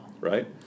Right